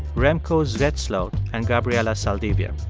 remco zwetsloot and gabriela saldivia.